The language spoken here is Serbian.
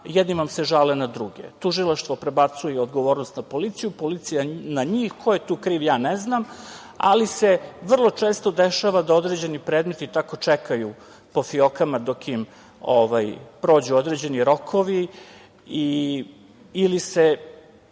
jedni vam se žale na druge. Tužilaštvo prebacuje odgovornost na policiju, policija na njih. Ko je tu kriv ja ne znam, ali se vrlo često dešava da određeni predmeti tako čekaju po fiokama dok im prođu određeni rokovi ili čak